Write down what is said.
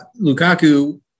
Lukaku